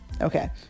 Okay